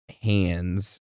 hands